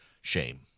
shame